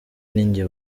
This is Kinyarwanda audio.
ninjye